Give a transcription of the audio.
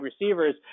receivers